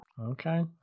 Okay